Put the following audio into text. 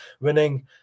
winning